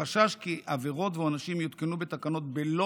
החשש כי עבירות ועונשים יותקנו בתקנות בלא